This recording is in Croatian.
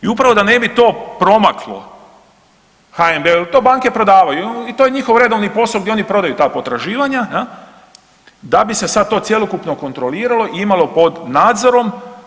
I upravo da ne bi to promaklo HNB-u jer to banke prodaju i to je njihov redovni posao gdje oni prodaju ta potraživanja, da bi se sad to cjelokupno kontroliralo i imalo pod nadzorom.